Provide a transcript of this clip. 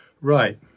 Right